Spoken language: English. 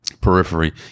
periphery